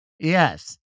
Yes